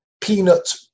peanut